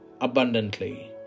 abundantly